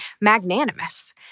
magnanimous